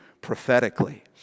prophetically